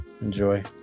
Enjoy